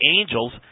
Angels